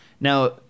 now